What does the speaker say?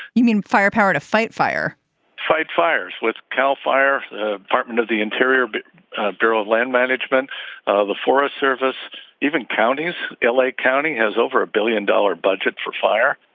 you mean firepower to fight fire fight fires with cal fire department of the interior but ah bureau of land management the forest service even counties. l a. county has over a billion dollar budget for fire.